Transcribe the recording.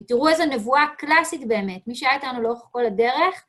תראו איזו נבואה קלאסית באמת, מי שהייתה אתנו לאורך כל הדרך.